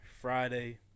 Friday